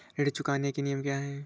ऋण चुकाने के नियम क्या हैं?